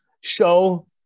show